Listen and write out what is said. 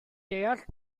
deall